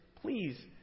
please